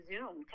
Zoom